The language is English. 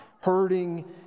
hurting